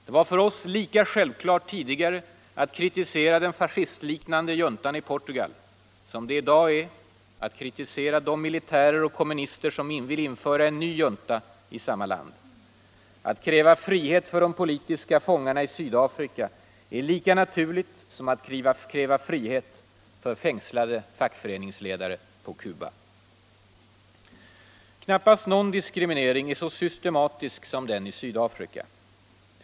Det var för oss lika självklart tidigare att kritisera den fascistliknande juntan i Portugal som det i dag är att kritisera de militärer och kommunister som vill införa en ny junta i samma land. Att kräva frihet för de politiska fångarna i Sydafrika är lika naturligt som att kräva frihet för fängslande fackföreningsledare på Cuba. : Knappast någon diskriminering är så systematisk som den i Sydafrika.